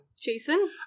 Jason